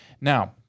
Now